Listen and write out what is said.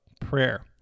prayer